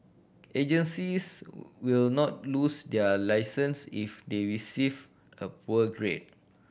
agencies will not lose their licence if they receive a poor grade